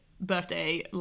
birthday